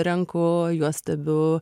renku juos stebiu